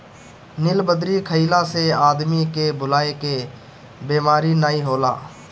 नीलबदरी खइला से आदमी के भुलाए के बेमारी नाइ होला